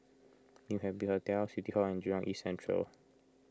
New Happy Hotel City Hall and Jurong East Central